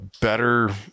better –